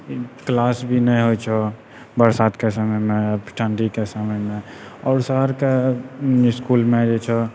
class भी नहि होइ छऽ बरसातके समयमे ठण्डीके समयमे आओर शहरके इसकुलमे जे छऽ